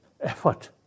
effort